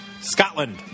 Scotland